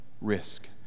risk